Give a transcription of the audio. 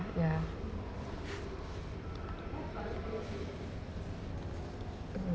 ya hmm